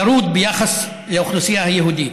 שהוא ירוד ביחס לאוכלוסייה היהודית.